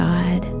God